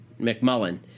McMullen